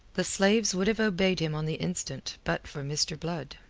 the slaves would have obeyed him on the instant but for mr. blood.